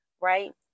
Right